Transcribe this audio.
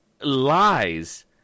lies